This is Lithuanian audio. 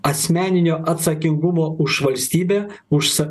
asmeninio atsakingumo už valstybę už save